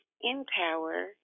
empower